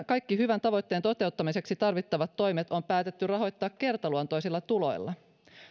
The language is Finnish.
kaikki hyvän tavoitteen toteuttamiseksi tarvittavat toimet on päätetty rahoittaa kertaluontoisilla tuloilla